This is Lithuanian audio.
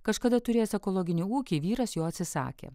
kažkada turėjęs ekologinį ūkį vyras jo atsisakė